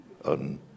on